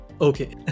Okay